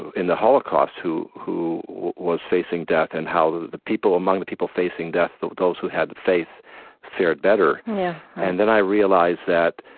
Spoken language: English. in the holocaust who who was facing death, and how the the people among the people facing death, those who had faith fared better yeah and then i realized that